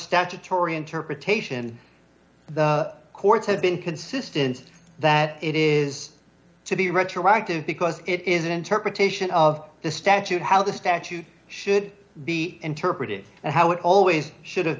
statutory interpretation the courts have been consistent that it is to be retroactive because it is an interpretation of the statute how the statute should be interpreted and how it always should have